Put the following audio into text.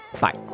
Bye